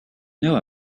know